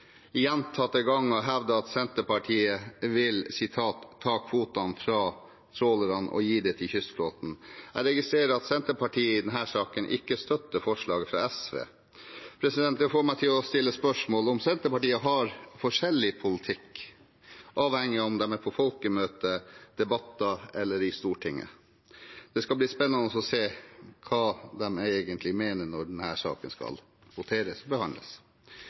gjentatte ganger hevdet at Senterpartiet vil ta kvotene fra trålerne og gi dem til kystflåten. Jeg registrerer at Senterpartiet i denne saken ikke støtter forslaget fra SV. Det får meg til å stille spørsmål ved om Senterpartiet har forskjellig politikk avhengig av om de er på folkemøter, i debatter eller i Stortinget. Det skal bli spennende å se hva de egentlig mener, når denne saken skal behandles og voteres over. For å skape og